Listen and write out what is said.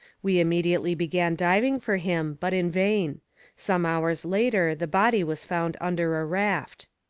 we immediately began diving for him, but in vain some hours later the body was found under a raft.